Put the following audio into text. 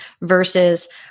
versus